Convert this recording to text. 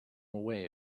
away